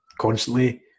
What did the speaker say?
constantly